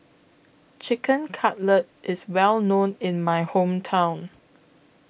Chicken Cutlet IS Well known in My Hometown